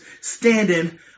standing